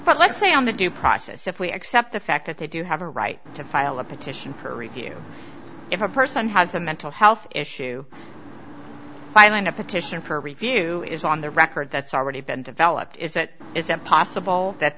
but let's say on the due process if we accept the fact that they do have a right to file a petition for review if a person has a mental health issue hyland a petition for review is on the record that's already been developed is it isn't possible that